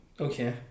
Okay